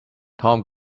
tom